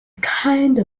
kind